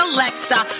Alexa